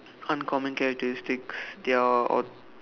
uncommon characteristics they are all